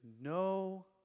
no